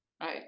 Right